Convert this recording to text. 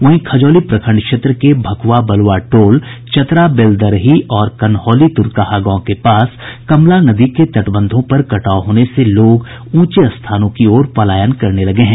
वहीं खजौली प्रखंड क्षेत्र के भक्आ बल्आ टोल चतरा बेलदरही और कनहौली तुरकाहा गांव के पास कमला नदी के तटबंधों पर कटाव होने से लोग ऊंचे स्थानों की ओर पलायन करने लगे हैं